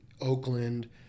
oakland